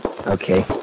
Okay